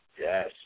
Yes